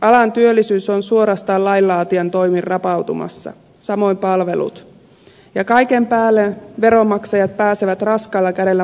alan työllisyys on suorastaan lainlaatijan toimin rapautumassa samoin palvelut ja kaiken päälle veronmaksajat pääsevät raskaalla kädellä maksumiehiksi